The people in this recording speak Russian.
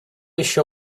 еще